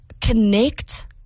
connect